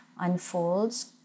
unfolds